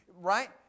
right